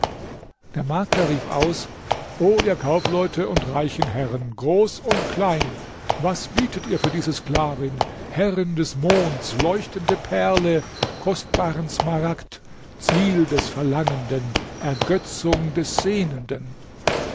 der makler rief aus o ihr kaufleute und reichen herren groß und klein was bietet ihr für diese sklavin herrin des monds leuchtende perle kostbaren smaragd ziel des verlangenden ergötzung des sehnenden